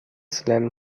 slam